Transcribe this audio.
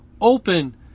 Open